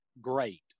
great